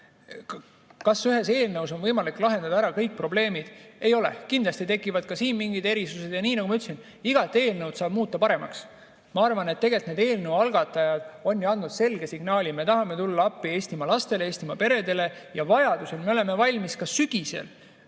Kas ühes eelnõus on võimalik lahendada ära kõik probleemid? Ei ole. Kindlasti tekivad siin mingid erisused. Ja nii nagu ma ütlesin, iga eelnõu saab muuta paremaks. Ma arvan, et tegelikult eelnõu algatajad on andnud selge signaali: me tahame tulla appi Eestimaa lastele, Eestimaa peredele ja vajadusel oleme valmis ka sügisel